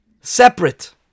separate